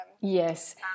Yes